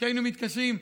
שהיינו מתקשרים,